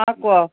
ହଁ କୁହ